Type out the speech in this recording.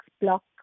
block